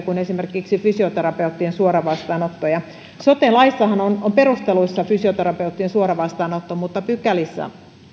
kuin esimerkiksi fysioterapeuttien suoravastaanottoja sote laissahan on perusteluissa fysioterapeuttien suoravastaanotto mutta pykälissä